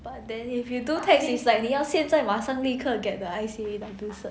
then if you do tax is like 你要现在马上立刻 get the I_C_A_E_W cert